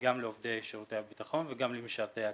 וגם לעובדי שירותי הביטחון וגם למשרתי הקבע.